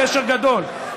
קשר גדול.